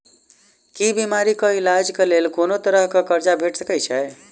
की बीमारी कऽ इलाज कऽ लेल कोनो तरह कऽ कर्जा भेट सकय छई?